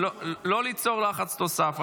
לא ליצור לחץ נוסף.